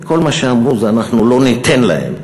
כי כל מה שאמרו זה: אנחנו לא ניתן להם.